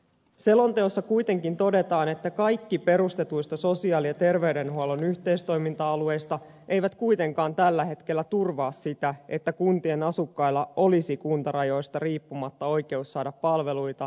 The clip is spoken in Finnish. selonteossa kuitenkin todetaan että kaikki perustetuista sosiaali ja terveydenhuollon yhteistoiminta alueista eivät kuitenkaan tällä hetkellä turvaa sitä että kuntien asukkailla olisi kuntarajoista riippumatta oikeus saada palveluita yhdenvertaisin perustein